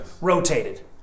rotated